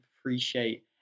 appreciate